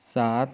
सात